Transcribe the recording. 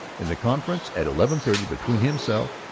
in the conference at eleven-thirty between himself,